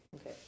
okay